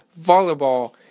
volleyball